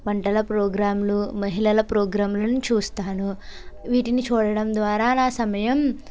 వంటల ప్రోగ్రాములు మహిళల ప్రోగ్రాంలను చూస్తాను వీటిని చూడడం ద్వారా నా సమయం